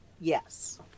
Yes